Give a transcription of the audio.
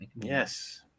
Yes